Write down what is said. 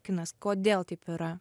kinas kodėl taip yra